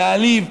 להעליב,